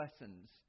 lessons